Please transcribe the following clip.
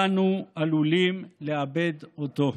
אנו עלולים לאבד אותו.